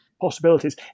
possibilities